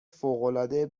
فوقالعاده